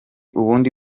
ubundi